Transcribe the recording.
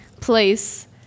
place